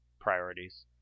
priorities